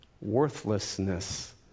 worthlessness